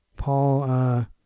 Paul